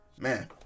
Man